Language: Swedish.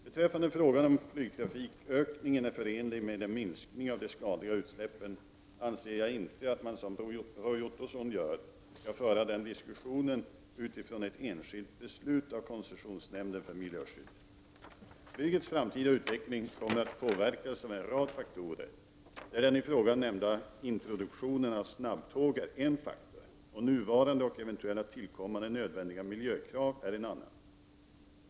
Beträffande frågan om flygtrafikökningen är förenlig med en minskning av de skadliga utsläppen anser jag inte att man som Roy Ottosson gör skall föra den diskussionen utifrån ett enskilt beslut av koncessionsnämnden för miljöskydd. Flygets framtida utveckling kommer att påverkas av en rad faktorer, där den i frågan nämnda introduktionen av snabbtåg är en faktor och nuvarande och eventuellt tillkommande nödvändiga miljökrav är en annan.